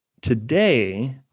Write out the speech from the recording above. today